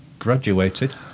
graduated